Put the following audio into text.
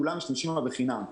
כולם משתמשים בחינם.